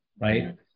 right